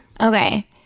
Okay